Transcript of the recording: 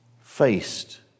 faced